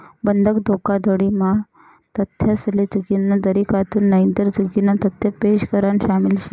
बंधक धोखाधडी म्हा तथ्यासले चुकीना तरीकाथून नईतर चुकीना तथ्य पेश करान शामिल शे